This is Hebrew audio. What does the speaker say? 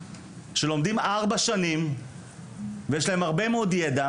שלומדים ארבע שנים ויש להם הרבה מאוד ידע